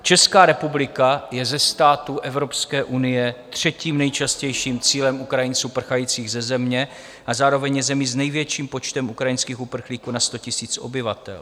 Česká republika je ze států Evropské unie třetím nejčastějším cílem Ukrajinců prchajících ze země a zároveň je zemí s největším počtem ukrajinských uprchlíků na 100 000 obyvatel.